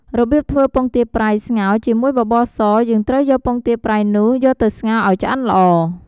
របៀបធ្វើពងទាប្រៃស្ងោរជាមួយបបរស យើងត្រូវយកពងទាប្រៃនោះ យកទៅស្ងោរឱ្យឆ្អិនល្អ។